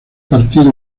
partidos